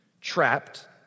trapped